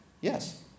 Yes